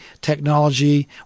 technology